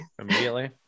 immediately